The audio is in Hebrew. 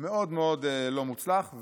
מאוד מאוד לא מוצלח.